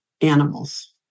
animals